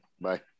Bye